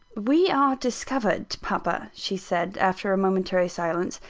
we are discovered, papa, she said, after a momentary silence,